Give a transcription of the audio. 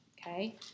okay